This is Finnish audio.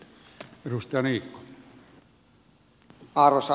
arvoisa puhemies